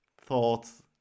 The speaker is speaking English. thoughts